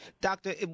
doctor